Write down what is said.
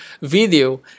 video